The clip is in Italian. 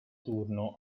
turno